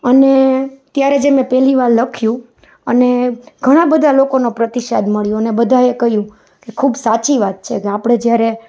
અને ત્યારે જે મે પહેલીવાર લખ્યું અને ઘણાં બધાં લોકોનો પ્રતિસાદ મળ્યો ને બધાંએ કહ્યું કે ખૂબ સાચી વાત છે ને આપણે જ્યારે